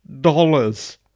dollars